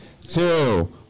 two